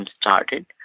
started